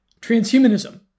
transhumanism